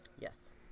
yes